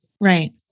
Right